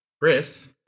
Chris